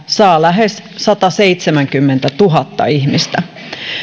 saa lähes sataseitsemänkymmentätuhatta ihmistä